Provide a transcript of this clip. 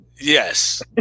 Yes